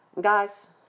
Guys